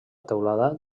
teulada